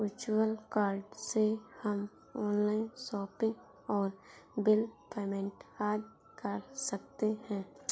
virtual card से हम online shopping और बिल पेमेंट आदि कर सकते है